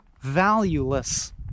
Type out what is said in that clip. valueless